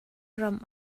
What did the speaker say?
ram